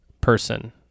person